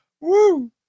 Woo